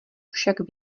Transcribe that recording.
však